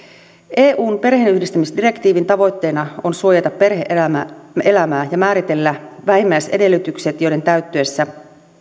eun perheenyhdistämisdirektiivin tavoitteena on suojata perhe elämää ja määritellä vähimmäisedellytykset joiden täyttyessä